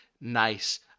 nice